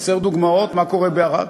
חסרות דוגמאות למה שקורה בערד?